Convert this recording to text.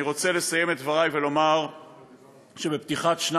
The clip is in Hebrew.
אני רוצה לסיים את דברי ולומר שבפתיחת השנה